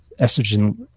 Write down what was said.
Estrogen